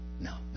no